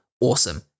Awesome